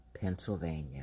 Pennsylvania